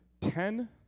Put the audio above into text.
Ten